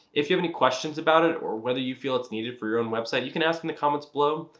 if you have any questions about it or whether you feel it's needed for your own website, you can ask in the comments below.